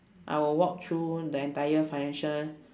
I will walk through the entire financial